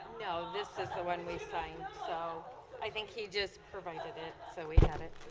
no, this is the one we sign, so i think he just provided it so we got it